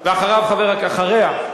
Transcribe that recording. ואחריה,